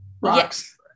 rocks